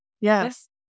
Yes